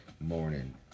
morning